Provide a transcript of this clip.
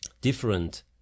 different